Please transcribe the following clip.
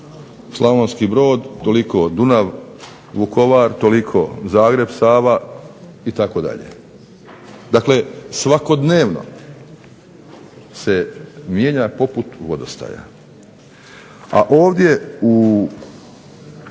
Slavonski Brod toliko, Dunav – Vukovar toliko, Zagreb – Sava itd. Dakle, svakodnevno se mijenja poput vodostaja. A ovdje u